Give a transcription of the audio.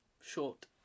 short